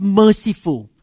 merciful